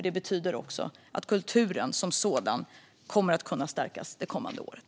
Det betyder att kulturen som sådan kommer att kunna stärkas det kommande året.